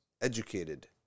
educated